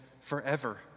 forever